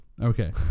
Okay